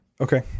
Okay